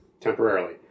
temporarily